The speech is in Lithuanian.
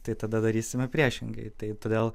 tai tada darysime priešingai tai todėl